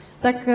tak